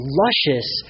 luscious